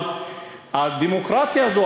אבל הדמוקרטיה הזאת,